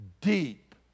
deep